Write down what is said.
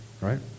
right